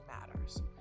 matters